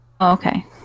Okay